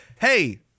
Hey